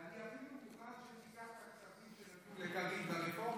ואני אפילו מוכן שתיקח את הכספים שנתנו לרפורמים,